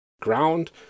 ground